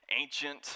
ancient